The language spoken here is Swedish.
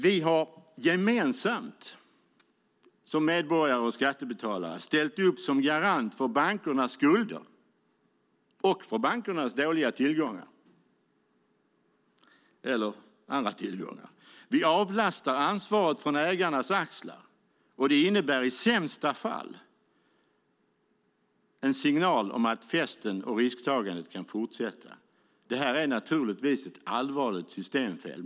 Vi har gemensamt som medborgare och skattebetalare ställt upp som garant för bankernas skulder och dåliga tillgångar - eller andra tillgångar. Vi avlastar ansvaret från ägarnas axlar. Det innebär i sämsta fall en signal om att festen och risktagandet kan fortsätta. Det är naturligtvis ett allvarligt systemfel.